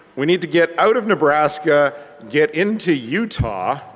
we need to get out of nebraska get into utah.